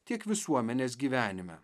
tiek visuomenės gyvenime